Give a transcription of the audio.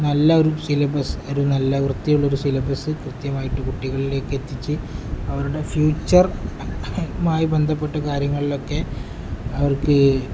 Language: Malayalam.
നല്ല ഒരു സിലബസ് ഒരു നല്ല വൃത്തിയുള്ളൊരു സിലബസ്സ് കൃത്യമായിട്ട് കുട്ടികളിലേക്ക് എത്തിച്ച് അവരുടെ ഫ്യൂച്ചർ മായി ബന്ധപ്പെട്ട കാര്യങ്ങളിലൊക്കെ അവർക്ക്